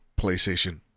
PlayStation